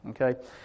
Okay